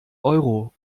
euro